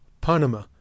panama